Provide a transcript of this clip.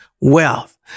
wealth